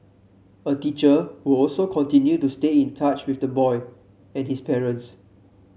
a teacher will also continue to stay in touch with the boy and his parents